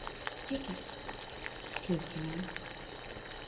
ठीक है ठीक है मैम